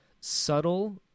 subtle